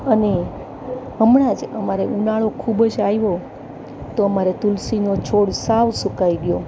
અને હમણાં જ અમારે ઉનાળો ખૂબ જ આવ્યો તો અમારે તુલસીનો છોડ સાવ સુકાઈ ગયો